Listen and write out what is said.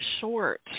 short